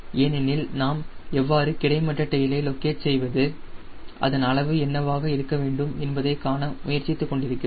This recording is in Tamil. ஏனெனில் நாம் எவ்வாறு கிடைமட்ட டெயிலை லோகேட் செய்வது அதன் அளவு என்னவாக இருக்க வேண்டும் என்பதை காண முயற்சித்துக் கொண்டிருக்கிறோம்